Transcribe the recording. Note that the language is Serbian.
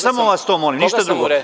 Samo vas to molim, ništa drugo.